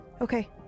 Okay